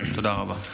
תודה רבה.